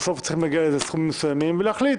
בסוף צריכים להגיע לסכומים מסוימים ולהחליט